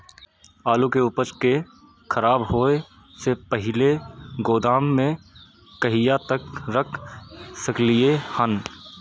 आलु के उपज के खराब होय से पहिले गोदाम में कहिया तक रख सकलिये हन?